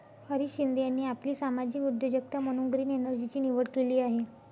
हरीश शिंदे यांनी आपली सामाजिक उद्योजकता म्हणून ग्रीन एनर्जीची निवड केली आहे